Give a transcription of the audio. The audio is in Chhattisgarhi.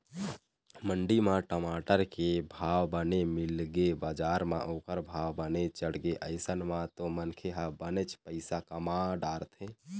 मंडी म टमाटर के भाव बने मिलगे बजार म ओखर भाव बने चढ़गे अइसन म तो मनखे ह बनेच पइसा कमा डरथे